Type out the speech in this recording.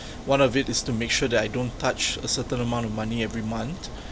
one of it is to make sure that I don't touch a certain amount of money every month